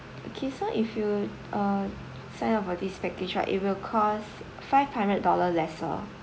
okay so if you uh sign up for this package right it will cost five hundred dollar lesser